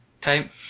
type